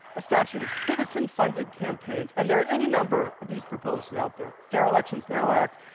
a statute of citizen-funded campaigns, and there's any number of these proposals out there fair elections now act,